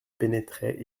pénétrait